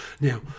Now